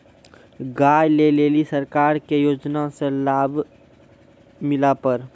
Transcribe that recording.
गाय ले ली सरकार के योजना से लाभ मिला पर?